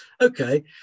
Okay